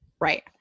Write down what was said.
right